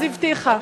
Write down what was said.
אז הבטיחה.